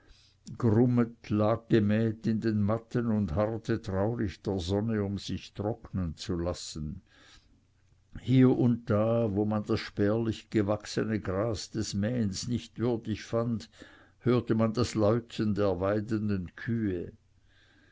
gemäht in den matten und harrte traurig der sonne um sich trocknen zu lassen hier und da wo man das spärlich gewachsene gras des mähens nicht würdig fand hörte man das läuten der weidenden kühe